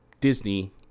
Disney